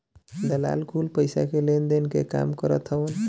दलाल कुल पईसा के लेनदेन के काम करत हवन